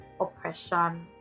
oppression